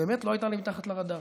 באמת הייתה לי מתחת לרדאר,